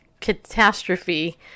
catastrophe